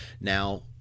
Now